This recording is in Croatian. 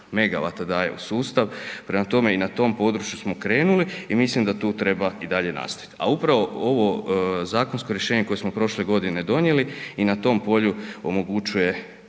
megawata daje u sustav, prema tome, i na tom području smo krenuli i mislim da tu treba i dalje nastaviti. A upravo ovo zakonsko rješenje koje smo prošle godine donijeli i na tom polju omogućuje